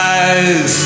eyes